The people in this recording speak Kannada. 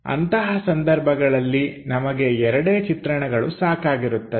ಅಂತಹ ಸಂದರ್ಭಗಳಲ್ಲಿ ನಮಗೆ ಎರಡೇ ಚಿತ್ರಣಗಳು ಸಾಕಾಗಿರುತ್ತದೆ